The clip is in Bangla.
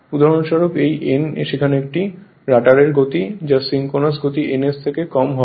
উদাহরণস্বরূপ এই n সেখানে এটি রটারের গতি যা সিনক্রোনাস গতি ns থেকে কম হবে